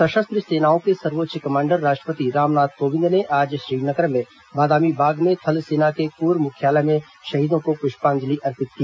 सशस्त्र सेनाओं के सर्वोच्च कमांडर राष्ट्रपति रामनाथ कोविंद ने आज श्रीनगर में बादामी बाग में थल सेना के कोर मुख्यालय में शहीदों को पुष्पांजलि अर्पित की